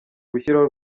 gushyiraho